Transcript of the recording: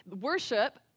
Worship